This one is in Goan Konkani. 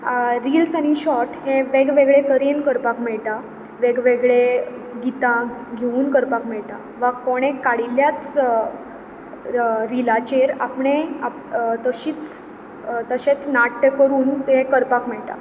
रील्स आनी शॉर्ट हें वेग वेगळे तरेन करपाक मेळटा वेग वेगळे गितां घेवन करपाक मेळटा वा कोणें काडिल्ल्याच रीलाचेर आपणें तशीच तशेंच नाट्य करून तें करपाक मेळटा